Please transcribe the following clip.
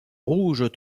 rouges